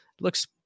Looks